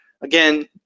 Again